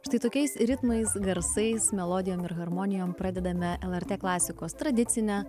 štai tokiais ritmais garsais melodijom ir harmonijom pradedame lrt klasikos tradicinę